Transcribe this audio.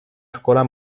escola